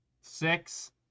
Six